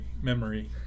memory